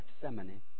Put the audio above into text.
Gethsemane